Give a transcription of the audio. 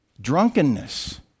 Drunkenness